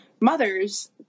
mothers